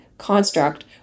construct